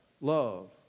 love